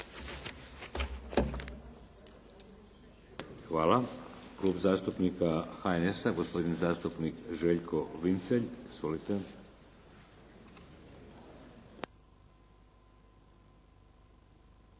Hvala. Klub zastupnika SDP-a gospodin zastupnik Rajko Ostojić. Izvolite.